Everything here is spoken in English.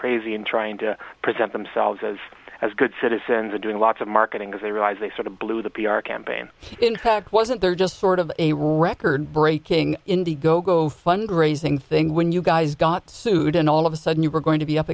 crazy in trying to present themselves as as good citizens and doing lots of marketing as they realise they sort of blew the p r campaign in fact wasn't there just sort of a record breaking indie go go fundraising thing when you guys got sued and all of a sudden you were going to be up